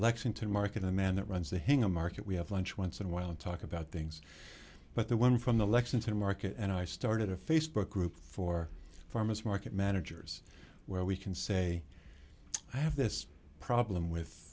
lexington market the man that runs the hingham market we have lunch once in a while and talk about things but the one from the lexington market and i started a facebook group for farmers market managers where we can say i have this problem with